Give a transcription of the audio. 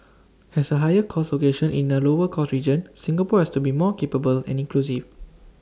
as A higher cost location in A lower cost region Singapore has to be more capable and inclusive